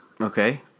Okay